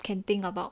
can think about